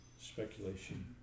Speculation